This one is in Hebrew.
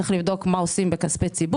צריך לבדוק מה עושים בכספי ציבור.